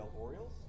Orioles